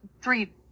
three